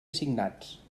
assignats